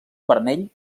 vermell